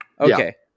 okay